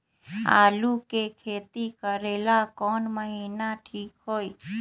आलू के खेती करेला कौन महीना ठीक होई?